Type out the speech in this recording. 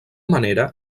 manera